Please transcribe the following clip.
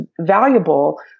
valuable